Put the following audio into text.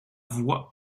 voix